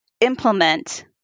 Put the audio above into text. implement